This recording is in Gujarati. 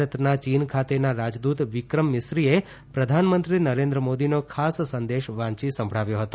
ભારતના ચીન ખાતેના રાજદ્દત વિક્રમ મિસરીએ પ્રધાનમંત્રી નરેન્દ્ર મોદીનો ખાસ સંદેશ વાંચી સંભળાવ્યો હતો